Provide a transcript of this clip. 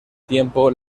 tiempo